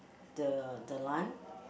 the the line